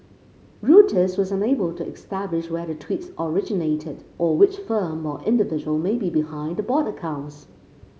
reuters was unable to establish where the tweets originated or which firm or individual may be behind the bot accounts